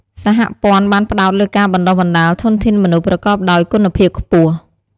សហព័ន្ធបានផ្តោតលើការបណ្ដុះបណ្ដាលធនធានមនុស្សប្រកបដោយគុណភាពខ្ពស់។